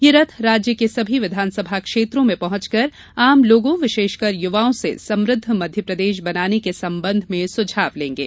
यह रथ राज्य के सभी विधानसभा क्षेत्रों में पहुंचकर आम लोगों विशेषकर युवाओं से समृद्ध मध्यप्रदेश बनाने के संबंध में सुझाव लेंगे